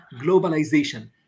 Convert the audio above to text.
globalization